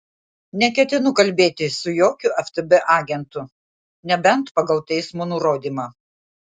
neketinu kalbėtis su jokiu ftb agentu nebent pagal teismo nurodymą